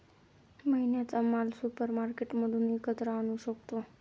महिन्याचा माल सुपरमार्केटमधून एकत्र आणू शकतो